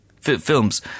films